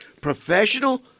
Professional